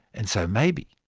and so maybe,